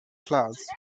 clouds